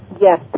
Yes